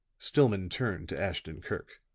stillman turned to ashton-kirk.